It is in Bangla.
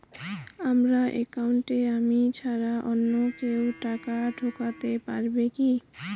আমার একাউন্টে আমি ছাড়া অন্য কেউ টাকা ঢোকাতে পারবে কি?